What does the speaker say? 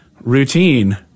routine